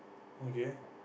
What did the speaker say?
okay